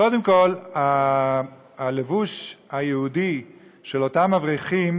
קודם כול, הלבוש היהודי של אותם אברכים.